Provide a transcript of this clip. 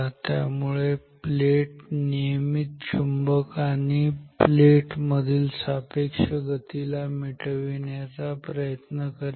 त्यामुळे प्लेट नेहमीच चुंबक आणि प्लेट मधील सापेक्ष गतीला मिटविण्याचा प्रयत्न करेल